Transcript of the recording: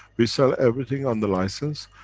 we sell everything on the license.